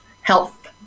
health